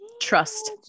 trust